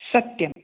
सत्यम्